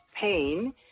pain